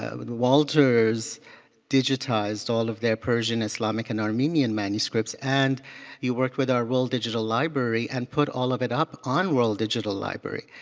ah walters digitized all of their persian, islamic and armenian manuscripts, and you worked with our world digital library and put all of it up on world digital library.